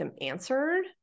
answered